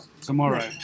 tomorrow